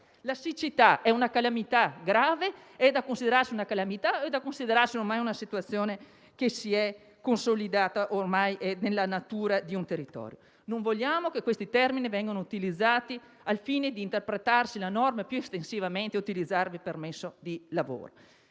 La siccità è una calamita grave? È da considerarsi una calamità o una situazione che si è consolidata e che ormai è nella natura di un territorio? Non vogliamo che questi termini vengano utilizzati al fine di interpretare la norma più estensivamente e che ciò si traduca in permessi di lavoro.